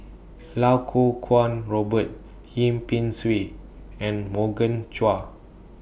Lau Kuo Kwong Robert Yip Pin Xiu and Morgan Chua